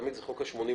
תמיד זה חוק ה-80/20,